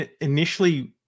initially